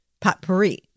Potpourri